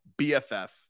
BFF